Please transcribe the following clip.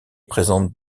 présente